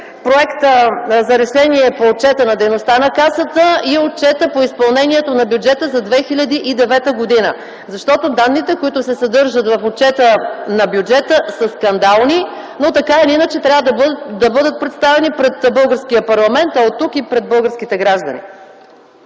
проект за Решение по отчета за дейността на Касата и проект за Решение по отчета за изпълнението на бюджета за 2009 г. Данните, които се съдържат в отчета на бюджета, са скандални, но така или иначе трябва да бъдат представени пред българския парламент, а оттук – и пред българските граждани.